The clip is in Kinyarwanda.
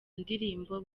ndirimbo